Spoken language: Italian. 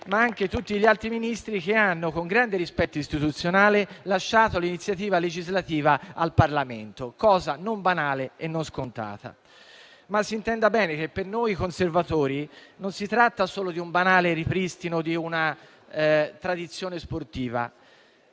poi anche tutti gli altri Ministri che, con grande rispetto istituzionale, hanno lasciato l'iniziativa legislativa al Parlamento, cosa non banale e non scontata. Si intenda bene che per noi conservatori non si tratta solo di un banale ripristino di una tradizione sportiva.